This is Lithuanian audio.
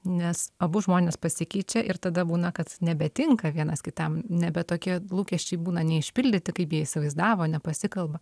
nes abu žmonės pasikeičia ir tada būna kad nebetinka vienas kitam nebe tokie lūkesčiai būna neišpildyti kaip jie įsivaizdavo nepasikalba